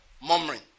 murmuring